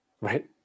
Right